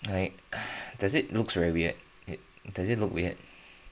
like does it looks very weird it does it look weird